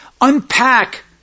unpack